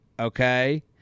Okay